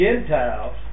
Gentiles